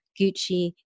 Gucci